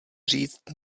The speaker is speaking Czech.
říct